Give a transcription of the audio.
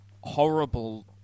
horrible